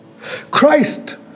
Christ